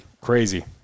Crazy